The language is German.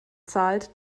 zahlt